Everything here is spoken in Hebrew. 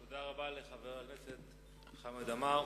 תודה רבה לחבר הכנסת חמד עמאר.